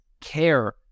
care